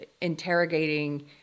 interrogating